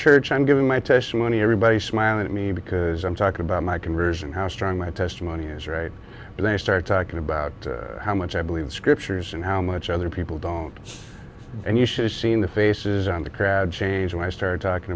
church i'm giving my testimony everybody smile at me because i'm talking about my conversion how strong my testimony is right when i start talking about how much i believe the scriptures and how much other people don't and you should have seen the faces on the crowd change when i started talking